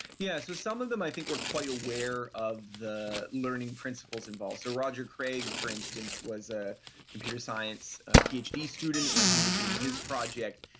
yeah. so some of them i think were quite aware of the learning principles involved. so roger craig, for instance, was a computer science phd student when he was doing his project,